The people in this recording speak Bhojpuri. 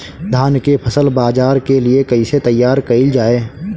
धान के फसल बाजार के लिए कईसे तैयार कइल जाए?